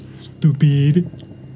Stupid